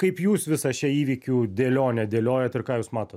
kaip jūs visą šią įvykių dėlionę dėliojat ir ką jūs matot